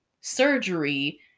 surgery